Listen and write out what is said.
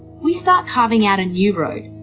we start carving out a new road.